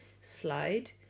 slide